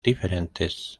diferentes